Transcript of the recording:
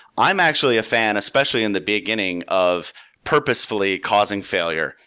i'm actually a fan, especially in the beginning of purposefully causing failure,